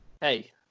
hey